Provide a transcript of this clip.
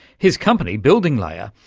his company, buildinglayer,